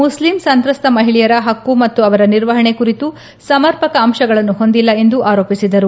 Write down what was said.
Muslim ಸಂತ್ರಸ್ತ ಮಹಿಳೆಯರ ಹಕ್ಕು ಮತ್ತು ಅವರ ನಿರ್ವಹಣೆ ಕುರಿತು ಸಮರ್ಪಕ ಅಂಶಗಳನ್ನು ಹೊಂದಿಲ್ಲ ಎಂದು ಆರೋಪಿಸಿದರು